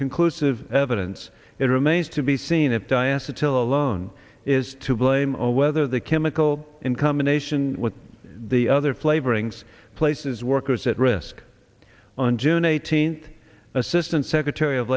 conclusive evidence it remains to be seen if diaster till alone is to blame or whether the chemical in combination with the other flavorings places workers at risk on june eighteenth assistant secretary of